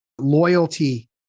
loyalty